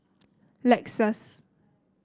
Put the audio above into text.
Lexus